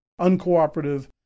uncooperative